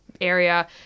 area